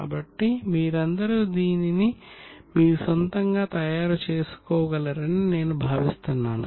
కాబట్టి మీరందరూ దీనిని మీ సొంతంగా తయారు చేసుకోగలరని నేను భావిస్తున్నాను